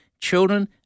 children